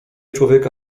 człowieka